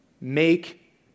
make